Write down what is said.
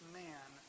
man